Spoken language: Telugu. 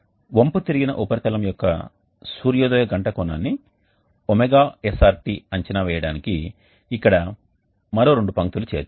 వంపు తిరిగిన ఉపరితలం యొక్క సూర్యోదయ గంట కోణాన్ని ωsrt అంచనా వేయడానికి ఇక్కడ మరో రెండు పంక్తులు చేర్చాలి